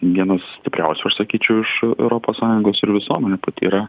vienos stipriausių aš sakyčiau iš europos sąjungos ir visuomenė pati yra